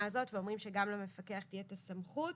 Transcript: הזאת ואומרים שגם למפקח תהיה הסמכות